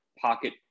pocket